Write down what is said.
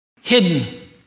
hidden